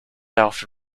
after